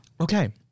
Okay